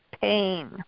pain